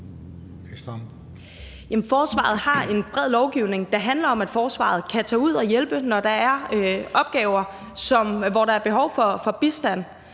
forsvaret har en bred lovgivning, der handler om, at forsvaret kan tage ud og hjælpe, når der er opgaver, hvor der er behov for bistand.